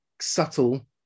subtle